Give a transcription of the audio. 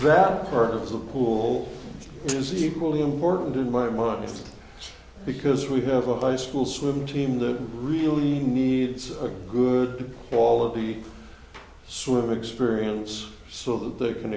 the pool is equally important in my mind because we have a high school swim team that really needs a good all of the swim experience so that they can